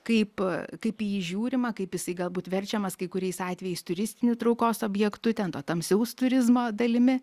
kaip kaip į jį žiūrima kaip jisai galbūt verčiamas kai kuriais atvejais turistiniu traukos objektu ten to tamsaus turizmo dalimi